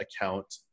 account